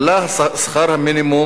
עלה שכר המינימום